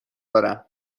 دارم